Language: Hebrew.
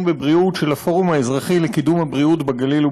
בבריאות של הפורום האזרחי לקידום הבריאות בגליל.